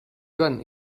joan